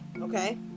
okay